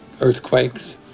earthquakes